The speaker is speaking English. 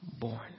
born